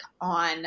on